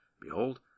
Behold